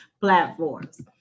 platforms